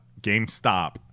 GameStop